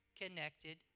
connected